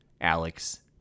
alex